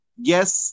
Yes